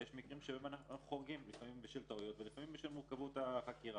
ויש מקרים שאנחנו חורגים לפעמים בשל טעויות ולפעמים בשל מורכבות החקירה.